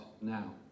now